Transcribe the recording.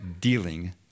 dealing